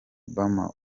obama